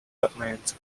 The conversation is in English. wetlands